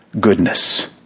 goodness